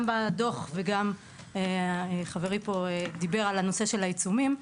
בדוח וגם חברי פה דיבר על נושא העיצומים.